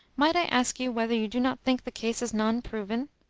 might i ask you whether you do not think the case is non-proven?